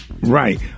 right